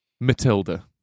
Matilda